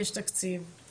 יש תקציב,